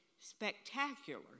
spectacular